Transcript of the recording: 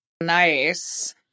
Nice